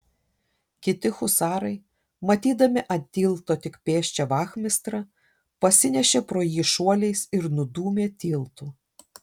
kiti husarai matydami ant tilto tik pėsčią vachmistrą pasinešė pro jį šuoliais ir nudūmė tiltu